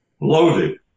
loaded